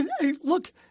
look